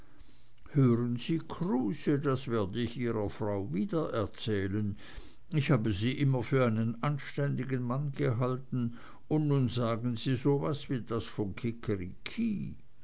hören sie kruse das werde ich ihrer frau wiedererzählen ich habe sie immer für einen anständigen menschen gehalten und nun sagen sie so was wie das da von